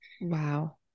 Wow